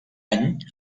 any